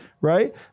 right